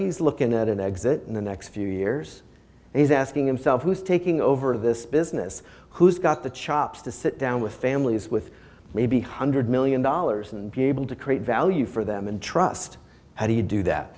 he's looking at an exit in the next few years and he's asking himself who's taking over this business who's got the chops to sit down with families with maybe hundred million dollars and be able to create value for them and trust how do you do that